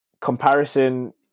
Comparison